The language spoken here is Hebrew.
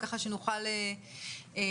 ככה שנוכל לשמוע.